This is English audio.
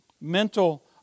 mental